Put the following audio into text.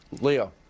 Leo